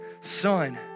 son